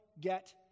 get